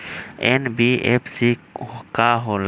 NBFC का होलहु?